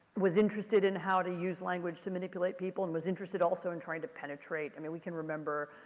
was interested in how to use language to manipulate people and was interested also in trying to penetrate. i mean we can remember,